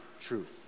truth